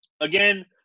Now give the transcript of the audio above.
again